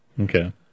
Okay